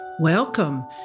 Welcome